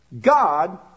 God